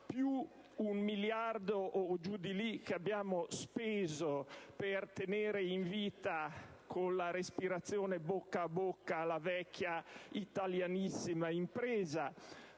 circa un miliardo che abbiamo speso per tenere in vita con la respirazione bocca a bocca la vecchia italianissima compagnia